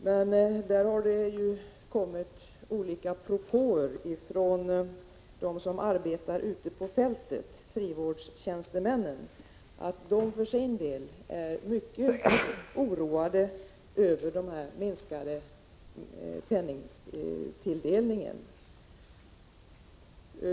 Men det har kommit olika propåer från dem som arbetar ute på fältet — frivårdstjänstemännen — om att de för sin del är mycket oroade över den minskade penningtilldelningen.